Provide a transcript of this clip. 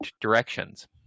directions